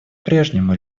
прежнему